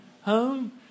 home